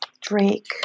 Drake